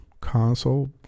console